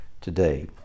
today